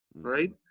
right